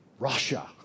Russia